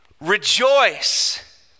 rejoice